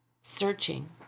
Searching